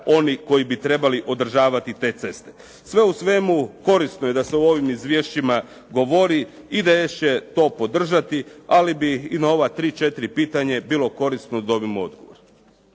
Sve u svemu korisno je da se u ovim izvješćima govori. IDS će to podržati ali bi i ona ova tri, četiri pitanja bilo korisno da dobijemo odgovor.